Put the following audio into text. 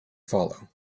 follow